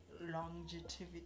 longevity